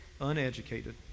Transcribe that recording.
uneducated